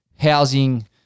housing